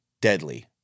deadly